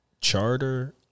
charter